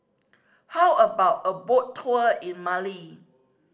how about a boat tour in Mali